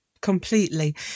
Completely